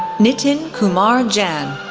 nitin kumar jain,